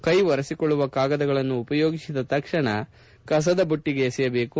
ಕೈ ಒರೆಸಿಕೊಳ್ಳುವ ಕಾಗದಗಳನ್ನು ಉಪಯೋಗಿಸಿದ ತಕ್ಷಣ ಕಸದ ಬುಟ್ಟಿಗೆ ಎಸೆಯಬೇಕು